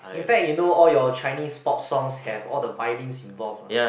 in fact you know all your Chinese pop songs have all the violins involved lah